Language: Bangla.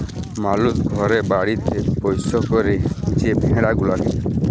মালুস ঘরে বাড়িতে পৌষ্য ক্যরে যে ভেড়া গুলাকে